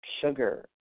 sugar